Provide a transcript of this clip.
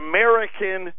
American